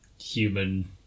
human